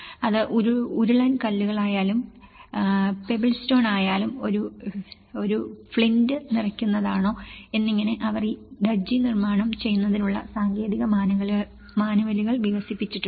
അത് ഉരുളൻ കല്ലുകളായാലും പെബിൽ സ്റ്റോൺ ആയാലും ഒരു ഫ്ലിന്റ് നിറയ്ക്കുന്നതാണോ എന്നിങ്ങനെ അവർ ഈ ധജ്ജി നിർമ്മാണം ചെയ്യുന്നതിനുള്ള സാങ്കേതിക മാനുവലുകൾ വികസിപ്പിച്ചെടുത്തിട്ടുണ്ട്